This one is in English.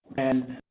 and